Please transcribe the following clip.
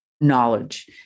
knowledge